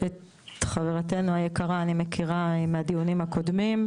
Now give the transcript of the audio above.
את חברתנו המקווה אני מכירה מהדיונים הקודמים.